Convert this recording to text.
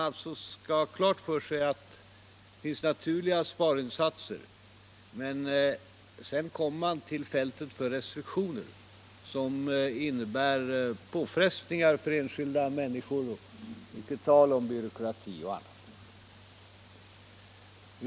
Det finns alltså naturliga sparinsatser, men sedan kommer man till fältet för restriktioner som innebär påfrestningar för enskilda människor och då blir det tal om byråkrati och annat.